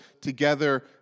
together